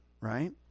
right